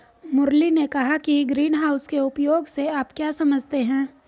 मुरली ने कहा कि ग्रीनहाउस के उपयोग से आप क्या समझते हैं?